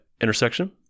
intersection